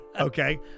okay